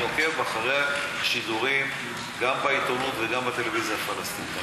אני עוקב אחרי השידורים גם בעיתונות וגם בטלוויזיה הפלסטינית.